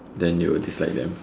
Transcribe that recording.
then you will dislike them